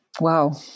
Wow